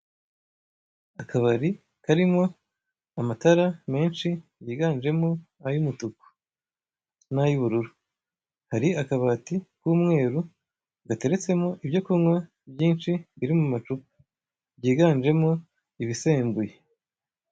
Akabari karimo amatara menshi yiganjemo ayo umutuka nayo ubururu. Hari akabati ka umweru gateretsemo ibyo kunywa byinshi biri mu macupa, byiganjemo ibisembuye.